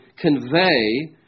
convey